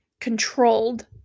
controlled